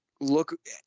look